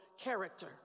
character